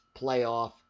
playoff